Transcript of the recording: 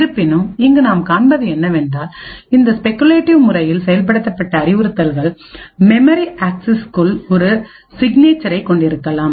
இருப்பினும் இங்கு நாம் காண்பது என்னவென்றால் இந்த ஸ்பெகுலேட்டிவ் முறையில் செயல்படுத்தப்பட்ட அறிவுறுத்தல்கள் மெமரி ஆக்சிஸிக்குள் ஒரு சிக்னேச்சர் சிக்னேச்சரைக் கொண்டிருக்கலாம்